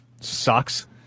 sucks